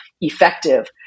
effective